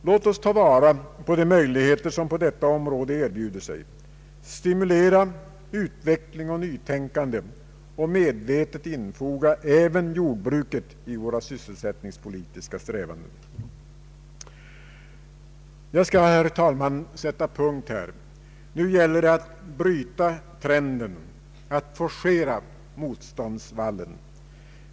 Låt oss ta vara på de möjligheter som på detta område erbjuder sig, stimulera utveckling och nytänkande och medvetet infoga även jordbruket i våra sysselsättningspolitiska strävanden. Jag skall, herr talman, sätta punkt här. Nu gäller det att bryta trenden, att forcera ”motståndsvallen”.